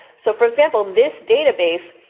so for example, this database,